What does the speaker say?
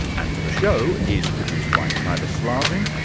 and the show is produced by kyla slaven,